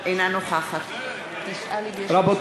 אינה נוכחת רבותי,